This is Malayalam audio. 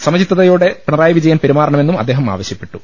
സമചിത്തതോടെ പിണറായി വിജയൻ പെരുമാറണമെന്നും അദേഹം ആവശ്യപ്പെട്ടു